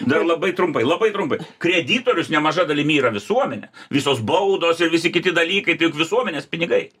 dar labai trumpai labai trumpai kreditorius nemaža dalimi yra visuomenė visos baudos ir visi kiti dalykai tai juk visuomenės pinigai